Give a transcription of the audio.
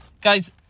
Guys